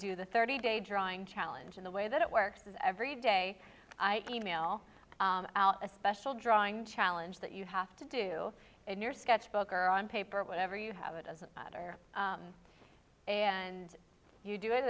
do the thirty day drawing challenge in the way that it works every day i e mail out a special drawing challenge that you have to do in your sketchbook or on paper whatever you have it doesn't matter and you do it